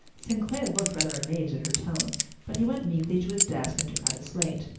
st. clair looked rather amazed at her tone but he went meekly to his desk and took out his slate.